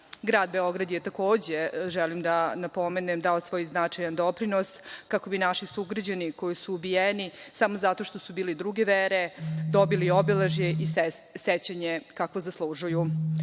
Beograd je takođe, želim da napomenem, dao svoj značajan doprinos kako bi naši sugrađani koji su ubijeni samo zato što su bili druge vere dobili obeležje i sećanje kakvo zaslužuju. Promene